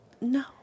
No